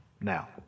Now